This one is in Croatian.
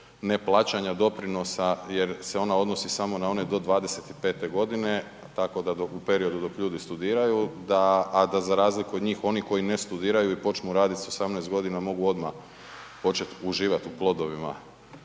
ne plaćanja doprinosa jer se ona odnosi samo na one do 25. godine, tako da u periodu dok ljudi studiraju, a da za razliku od njih oni koji ne studiraju i počnu raditi sa 18 godina mogu odmah početi uživati u plodovima